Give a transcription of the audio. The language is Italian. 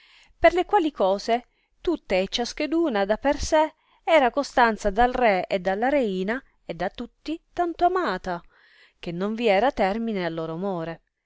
per le quali cose tutte e ciascheduna da per sé era costanza dal re e dalla reina e da tutti tanto amata che non vi era termine al loro amore